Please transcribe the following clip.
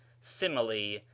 simile